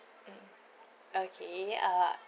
mm okay uh